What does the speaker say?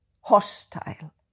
hostile